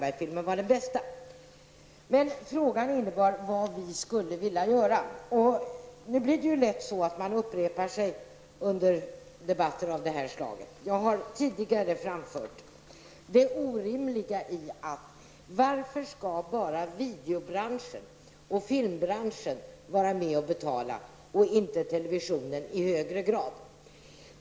Bengt Göransson undrade också vad vi skulle vilja göra. Det blir lätt så att man upprepar sig i debatter av det här slaget. Jag har tidigare framfört det orimliga i att bara videobranschen och filmbranschen skall vara med och betala och inte televisionen i högre grad.